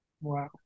Wow